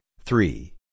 three